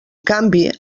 canvi